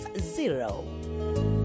zero